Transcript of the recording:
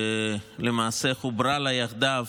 שלמעשה חוברה לה יחדיו